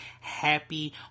happy